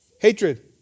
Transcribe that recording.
Hatred